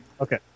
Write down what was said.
Okay